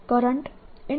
current J